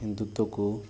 ହିନ୍ଦୁତ୍ଵକୁ